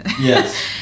Yes